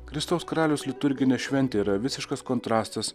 kristaus karaliaus liturginė šventė yra visiškas kontrastas